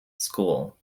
school